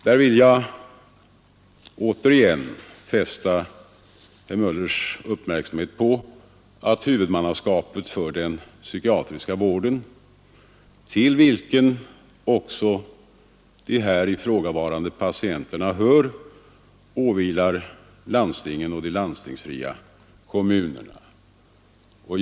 Här vill jag återigen fästa herr Möllers uppmärksamhet på att huvudmannaskapet för den psykiatriska vården, till vilken också de här ifrågavarande patienterna hör, åvilar landstingen och de landstingsfria kommunerna.